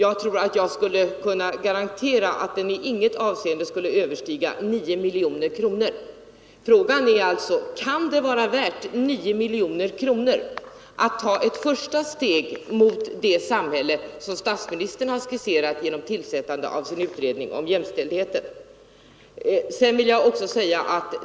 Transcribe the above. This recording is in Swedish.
Jag tror mig kunna garantera att kostnaden i inget avseende skulle överstiga 9 miljoner kronor. Frågan är om det kan vara värt 9 miljoner kronor att ta ett första steg mot det samhälle som statsministern har skisserat genom tillsättandet av utredningen om jämställdheten.